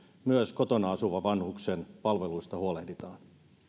myös kotona asuvan vanhuksen palveluista huolehditaan